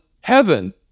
heaven